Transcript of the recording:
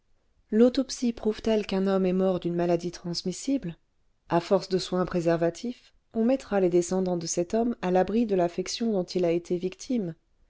l'autopsie prouve t elle qu'un homme est mort d'une maladie transmissible à force de soins préservatifs on mettra les descendants de cet homme à l'abri de l'affection dont il a été victime